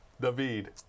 David